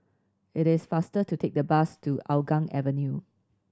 it is faster to take the bus to Hougang Avenue